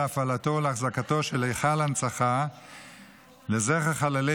להפעלתו ולאחזקתו של היכל ההנצחה לזכר חללי